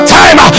time